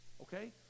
Okay